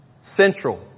Central